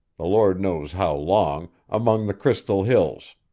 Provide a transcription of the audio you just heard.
the lord knows how long, among the crystal hills